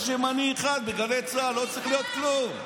יש ימני אחד בגלי צה"ל, לא צריך כלום.